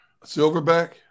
Silverback